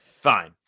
Fine